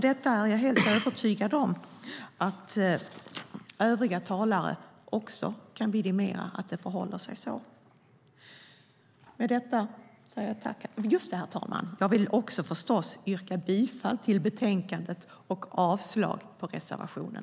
Jag är helt övertygad om att övriga talare kan vidimera att det förhåller sig så. Herr talman! Jag vill yrka bifall till förslaget i betänkandet och avslag på reservationen.